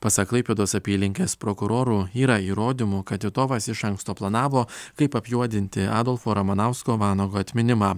pasak klaipėdos apylinkės prokurorų yra įrodymų kad titovas iš anksto planavo kaip apjuodinti adolfo ramanausko vanago atminimą